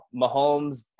Mahomes